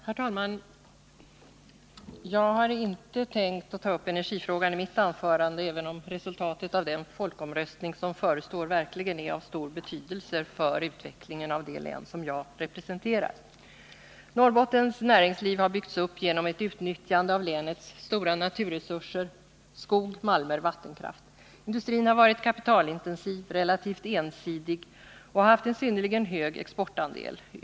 Herr talman! Jag har inte tänkt ta upp energifrågan i mitt anförande, trots att resultatet av den folkomröstning som förestår verkligen är av stor betydelse för utvecklingen av det län som jag representerar. Norrbottens näringsliv har byggts upp genom ett utnyttjande av länets stora naturresurser, skog, malmer och vattenkraft. Industrin har varit kapitalintensiv, relativt ensidig och har haft en synnerligen hög exportandel.